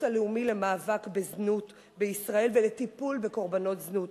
הלאומי למאבק בזנות בישראל ולטיפול בקורבנות זנות,